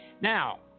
Now